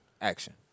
Action